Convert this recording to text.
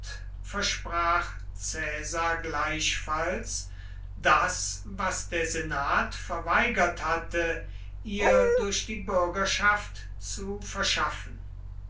versprach caesar gleichfalls das was der senat verweigert hatte ihr durch die bürgerschaft zu verschaffen